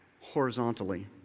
horizontally